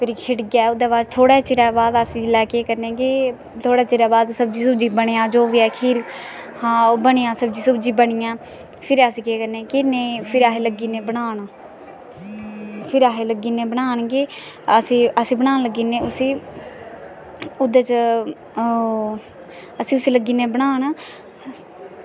फिर खिड़ी जा आटा थोह्ड़ै चिरै बाद अस केह् करने कि थोह्ड़ै चिरै बाद सब्जी सुब्जी बनी जा खीर हां सब्जी सुब्जी बनी जा फिर अस केह् करने कि अस लग्गी जन्ने बनान अल बनान लग्गी जन्ने उस्सी ओह्दै च अस उस्सी लग्गी जन्ने बनान